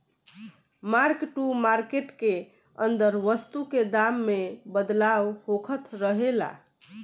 mark to market के अंदर वस्तु के दाम में बदलाव होखत रहेला